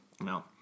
No